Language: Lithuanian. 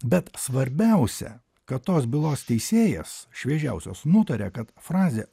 bet svarbiausia kad tos bylos teisėjas šviežiausios nutarė kad frazė